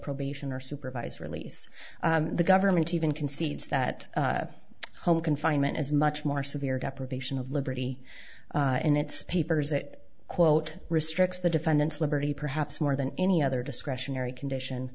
probation or supervised release the government even concedes that home confinement is much more severe deprivation of liberty and it's papers that quote restricts the defendant's liberty perhaps more than any other discretionary condition